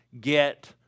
get